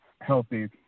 healthy